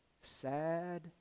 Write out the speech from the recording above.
Sad